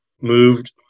moved